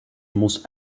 muss